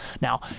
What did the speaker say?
Now